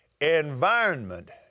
environment